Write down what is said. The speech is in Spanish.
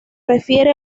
refiere